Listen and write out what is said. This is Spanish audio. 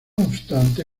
obstante